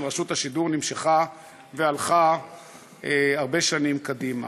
רשות השידור נמשכה והלכה הרבה שנים קדימה.